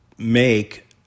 make